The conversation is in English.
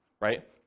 right